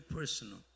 personal